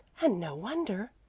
and no wonder,